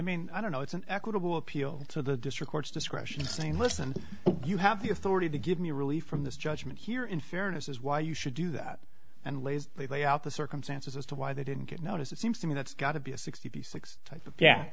mean i don't know it's an equitable appeal to the district court's discretion saying listen you have the authority to give me relief from this judgment here in fairness is why you should do that and lays lay out the circumstances as to why they didn't give notice it seems to me that's got to be a sixty six